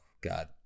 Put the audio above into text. God